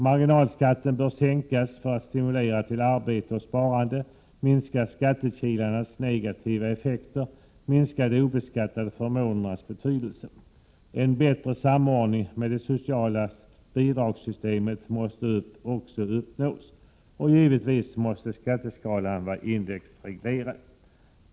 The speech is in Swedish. Marginalskatten bör sänkas för att stimulera till arbete och sparande, för att minska skattekilarnas negativa effekter och minska de obeskattade förmånernas betydelse. En bättre samordning med det sociala bidragssystemet måste också uppnås. Givetvis måste skatteskalan vara indexreglerad.